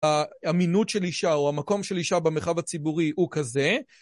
האמינות של אישה או המקום של אישה במרחב הציבורי הוא כזה.